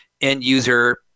end-user